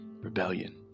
rebellion